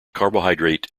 carbohydrate